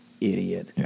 Idiot